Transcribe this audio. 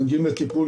מגיעים לטיפול,